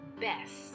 best